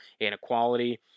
inequality